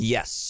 Yes